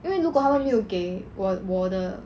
因为如果他们没有给我我的